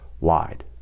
lied